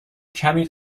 کمی